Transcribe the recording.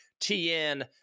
TN